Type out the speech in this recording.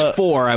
four